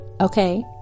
Okay